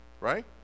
right